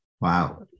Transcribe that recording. Wow